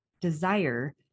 desire